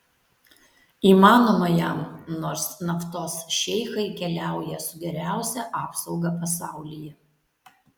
įmanoma jam nors naftos šeichai keliauja su geriausia apsauga pasaulyje